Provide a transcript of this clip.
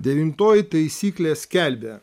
devintoji taisyklė skelbia